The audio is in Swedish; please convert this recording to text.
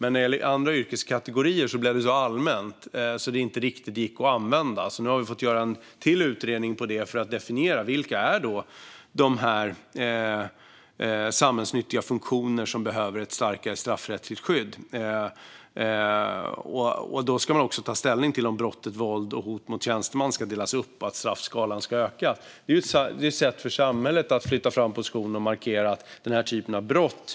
När det gällde andra yrkeskategorier blev den så allmän att den inte riktigt gick att använda, så nu har vi fått göra en till utredning för att definiera vilka samhällsnyttiga funktioner det är som behöver ett starkare straffrättsligt skydd. Då ska man också ta ställning till om brottet våld och hot och mot tjänsteman ska delas upp och om straffskalan ska utökas. Det är ett sätt för samhället att flytta fram positionerna och markera att man ser allvarligt på den här typen av brott.